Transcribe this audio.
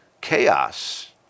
Chaos